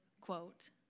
quote